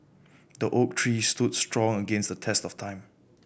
the oak tree stood strong against the test of time